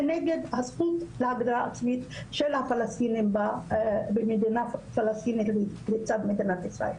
ונגד הזכות להגדרה עצמית של הפלסטינים במדינה פלסטינית לצד מדינת ישראל.